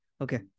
Okay